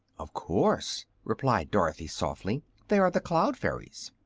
of course, replied dorothy, softly. they are the cloud fairies.